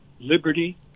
liberty